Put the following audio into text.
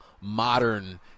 modern